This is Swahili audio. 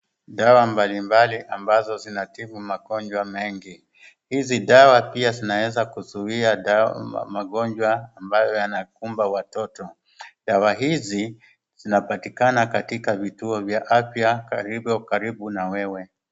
Dawa mbalimbali ambazo zinatibu magonjwa mengi, hizi dawa pia zinaeza kuzuia magonjwa ambayo yanakumba watoto, dawa hizi zinapatikana katika vituo vya afya karibu na wewe.